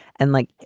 and like,